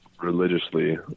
religiously